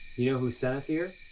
yeah who sent us here?